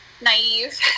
naive